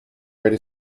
write